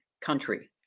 country